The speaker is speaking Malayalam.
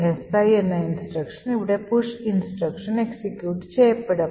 si എന്ന ഇൻസ്ട്രക്ഷൻ ഇവിടെ പുഷ് ഇൻസ്ട്രക്ഷൻ എക്സിക്യൂട്ട് ചെയ്യപ്പെടും